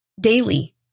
daily